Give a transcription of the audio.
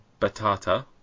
batata